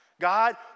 God